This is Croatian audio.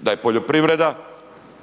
da je poljoprivreda,